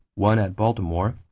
one at baltimore,